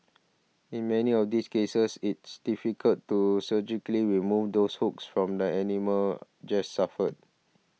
in many of these cases it's difficult to surgically remove those hooks from the animals just suffer